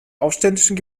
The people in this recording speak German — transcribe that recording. aufständischen